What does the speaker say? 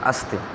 अस्ति